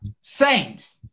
Saint